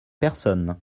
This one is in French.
personne